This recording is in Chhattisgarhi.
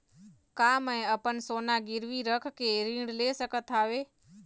का मैं अपन सोना गिरवी रख के ऋण ले सकत हावे?